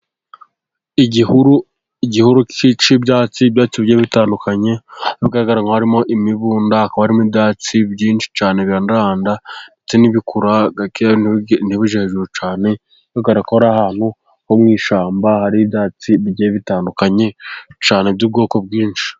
Igihuru, igihuru cy'ibyatsi, ibyatsi bigiye bitandukanye bigaragara nk'aho harimo imibunda, harimo ibyatsi byinshi cyane birandaranda, ndetse n'ibikura gakeya ntibijye hejuru cyane. Bigaragara ko ari ahantu ho mu ishyamba, hari ibyatsi bigiye bitandukanye cyane by'ubwoko bwinshi.